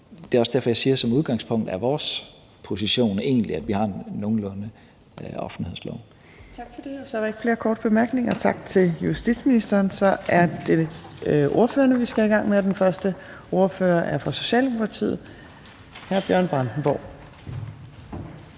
Det er også derfor, jeg siger, at som udgangspunkt er vores position egentlig, at vi har en nogenlunde offentlighedslov. Kl. 15:57 Tredje næstformand (Trine Torp): Tak for det, og så er der ikke flere korte bemærkninger. Tak til justitsministeren. Så er det ordførerne, vi skal i gang med, og den første ordfører er fra Socialdemokratiet. Hr. Bjørn Brandenborg.